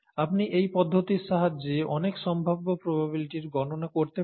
আপনি এই পদ্ধতির সাহায্যে অনেক সম্ভাব্য প্রবাবিলিটির গণনা করতে পারেন